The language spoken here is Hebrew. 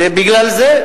בגלל זה,